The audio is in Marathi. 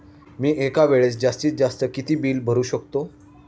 मी एका वेळेस जास्तीत जास्त किती बिल भरू शकतो?